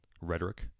rhetoric